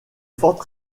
forte